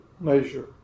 measure